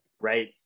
Right